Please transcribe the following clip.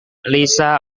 lisa